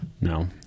No